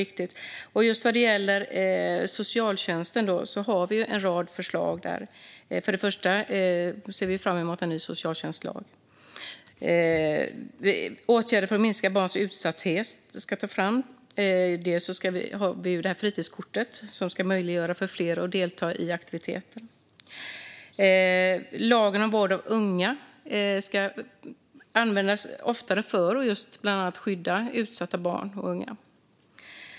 Vad gäller just socialtjänsten har vi en rad förslag. Till att börja med ser vi fram emot en ny socialtjänstlag. Åtgärder för att minska barns utsatthet ska också tas fram. Vi har även fritidskortet som ska göra det möjligt för fler att delta i aktiviteter. Lagen om vård av unga ska användas oftare, just för att bland annat skydda utsatta barn och unga.